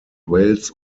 wales